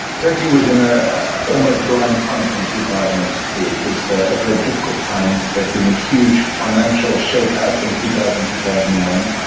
turkey was in a almost blind funk in two thousand and two. it was a a very difficult time, there'd been a huge financial shakeout in two thousand two thousand and one,